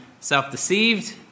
self-deceived